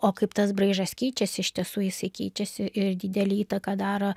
o kaip tas braižas keičiasi iš tiesų jisai keičiasi ir didelę įtaką daro